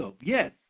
yes